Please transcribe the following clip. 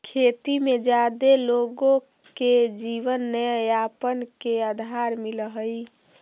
खेती में जादे लोगो के जीवनयापन के आधार मिलऽ हई